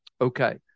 okay